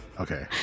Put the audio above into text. Okay